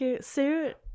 suit